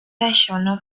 vashon